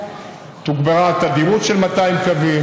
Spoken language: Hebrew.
כאשר היא בכוחה הדל מנסה להיכנס לתוך הגן,